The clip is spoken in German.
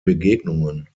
begegnungen